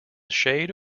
shade